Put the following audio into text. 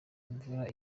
imvura